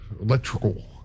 Electrical